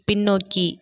பின்னோக்கி